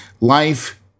life